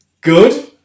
Good